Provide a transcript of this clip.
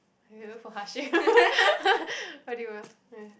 you look for Harshim what did you want yeah